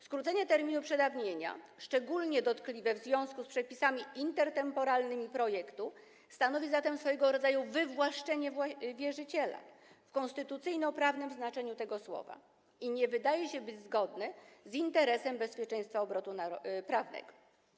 Skrócenie terminu przedawnienia, szczególnie dotkliwe w związku z przepisami intertemporalnymi projektu, stanowi zatem swojego rodzaju wywłaszczenie wierzyciela w konstytucyjnoprawnym znaczeniu tego słowa i nie wydaje się zgodne z interesem bezpieczeństwa obrotu prawnego.